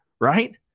right